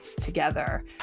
together